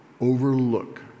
overlook